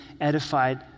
edified